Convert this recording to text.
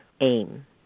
aim